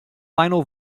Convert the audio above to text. final